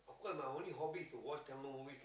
of course my only hobby is to watch Tamil movies lah